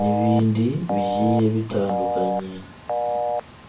n'ibindi bigiye bitandukanye.